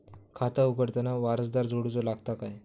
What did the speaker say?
खाता उघडताना वारसदार जोडूचो लागता काय?